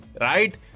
Right